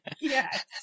Yes